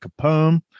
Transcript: Capone